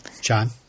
John